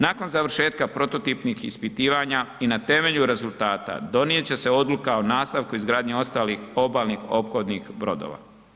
Nakon završetka prototipnih ispitivanja i na temelju rezultata donijet će se odluka o nastavku izgradnje ostalih obalnih ophodnih brodova.